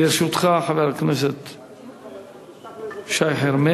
לרשותך, חבר